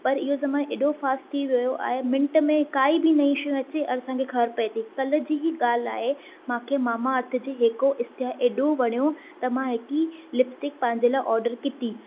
पर इहो समय एॾो फास्ट थी वियो आहे मिंट में काई बि नईं शयूं अचे और असांखे ख़बरु पए थी कल्ह जी ई ॻाल्हि आहे मूंखे मामाअर्थ जी हिकु इश्तिहार एॾो वणियो त मां हिकु लिपस्टिक पंहिंजे लाइ ऑर्डर कई